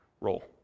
role